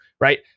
right